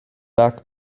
lag